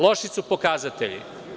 Loši su pokazatelji.